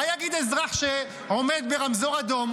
מה יגיד אזרח שעומד ברמזור אדום?